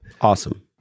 Awesome